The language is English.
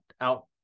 out